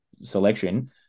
selection